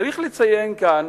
צריך לציין כאן